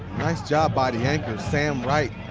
nice job by the anchor, sam wright.